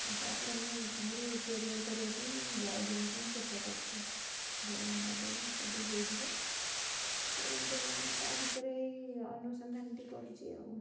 ଆଉ ତାପରେ ମୁଁ ଆହୁରି କ୍ୟାରିୟର କରିବା ପାଇଁ ମୁଁ ଜଜ୍ ହେବାକୁ ଚେଷ୍ଟା କରୁଛି ଭଗବାନଙ୍କ ଦୟାରୁ ଯଦି ହୋଇଯିବ ସେ ତା' ଭିତରେ ଏହି ଅନୁସନ୍ଧାନଟି କରୁଛି ଆଉ